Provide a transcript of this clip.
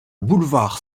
boulevard